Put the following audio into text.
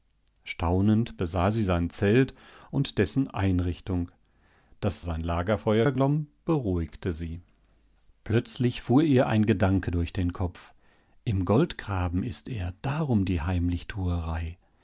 staunend besah sie sein zelt und dessen einrichtung daß sein lagerfeuer glomm beruhigte sie plötzlich fuhr ihr ein gedanke durch den kopf im goldgraben ist er darum die heimlichtuerei